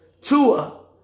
Tua